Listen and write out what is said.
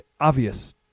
obvious